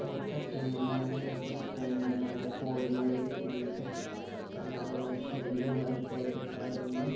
होर ढक्कियां बनाइयां स्कूल बनाए ते पुल बनाई दित्ते बड़े अच्छे बंदे न ओह् सारें दी मदद करदे ओह्